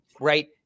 right